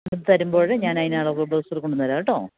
തരുമ്പോള് ഞാനതിന് അളവ് ബ്ലൌസുകൂടെ കൊണ്ടുവന്നുതരാം കേട്ടോ